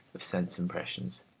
of sense impressions.